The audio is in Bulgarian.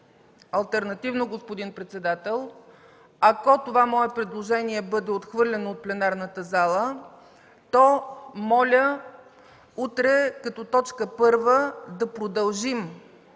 Алтернативно, господин председател, ако това мое предложение бъде отхвърлено от пленарната зала, то моля утре като точка първа да продължим